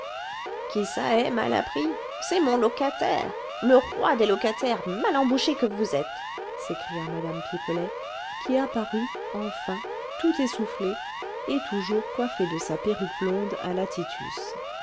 qui ça est malappris c'est mon locataire le roi des locataires mal embouchés que vous êtes s'écria mme pipelet qui apparut enfin tout essoufflée et toujours coiffée de sa perruque blonde à